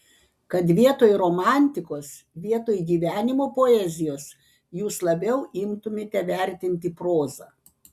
kad vietoj romantikos vietoj gyvenimo poezijos jūs labiau imtumėte vertinti prozą